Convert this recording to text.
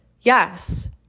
yes